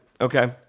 okay